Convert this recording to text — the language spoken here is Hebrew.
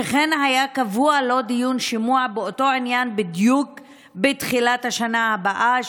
שכן היה קבוע לו דיון שימוע באותו עניין בדיוק בתחילת השנה הבאה,